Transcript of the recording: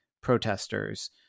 protesters